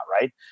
right